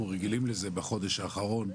אנחנו רגילים בחודש האחרון.